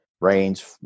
range